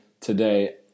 today